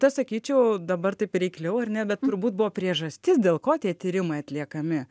tas sakyčiau dabar taip reikliau ar ne bet turbūt buvo priežastis dėl ko tie tyrimai atliekami